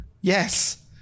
Yes